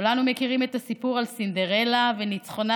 כולנו מכירים את הסיפור על סינדרלה וניצחונה